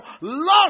lost